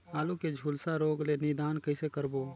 आलू के झुलसा रोग ले निदान कइसे करबो?